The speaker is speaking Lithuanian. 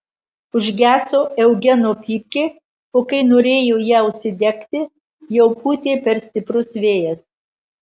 užgeso eugeno pypkė o kai norėjo ją užsidegti jau pūtė per stiprus vėjas